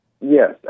Yes